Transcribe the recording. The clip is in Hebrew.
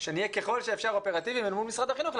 שנהיה ככל שאפשר אופרטיביים אל מול משרד החינוך,